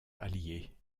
allier